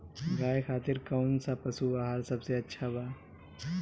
गाय खातिर कउन सा पशु आहार सबसे अच्छा बा?